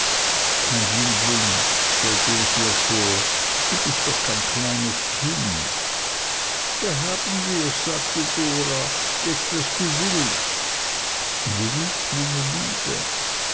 mein liebling stellte ich ihr vor du bist doch kein kleines kind da haben wirs sagte dora jetzt wirst du wild wild meine liebe